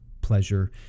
pleasure